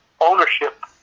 ownership